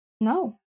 No